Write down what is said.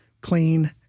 clean